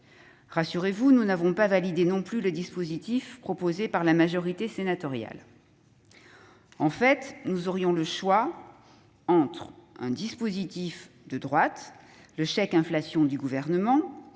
ministre, nous n'avons pas validé non plus le dispositif proposé par la majorité sénatoriale, car, en fait, nous avions le choix entre deux dispositifs de droite ! Le chèque inflation du Gouvernement